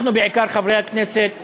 אנחנו בעיקר, חברי הכנסת הערבים,